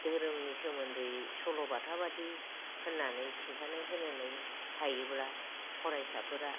धोरोमनि सोमोन्दै सल'बाथा बादि होननानै खिन्थानो होनानै हायोब्ला फरायसाफोरा